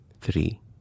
three